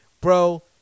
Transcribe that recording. bro